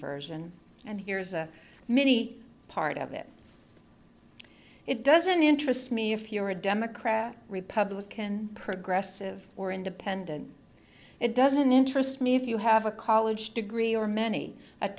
and and here's a mini part of it it doesn't interest me if you're a democrat republican progressive or independent it doesn't interest me if you have a college degree or many a